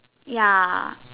ya